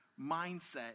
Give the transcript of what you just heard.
mindset